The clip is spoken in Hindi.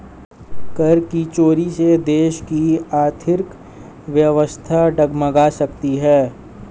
कर की चोरी से देश की आर्थिक व्यवस्था डगमगा सकती है